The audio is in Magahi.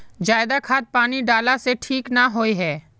ज्यादा खाद पानी डाला से ठीक ना होए है?